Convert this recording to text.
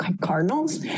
Cardinals